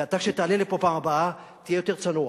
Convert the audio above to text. ואתה, כשתעלה לפה בפעם הבאה, תהיה יותר צנוע,